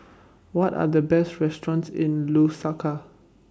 What Are The Best restaurants in Lusaka